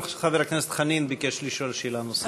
גם חבר הכנסת חנין ביקש לשאול שאלה נוספת.